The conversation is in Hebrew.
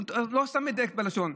לא סתם מדייק בלשון,